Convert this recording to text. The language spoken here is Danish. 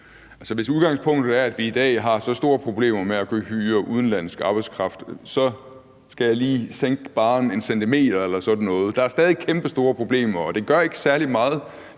hvis udgangspunktet er, at vi i dag har så store problemer med at kunne hyre udenlandsk arbejdskraft – lige sænke barren 1 cm eller sådan noget. Der er stadig kæmpestore problemer, og det, Radikale Venstre